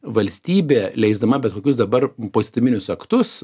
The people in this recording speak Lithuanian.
valstybė leisdama bet kokius dabar poįstaminius aktus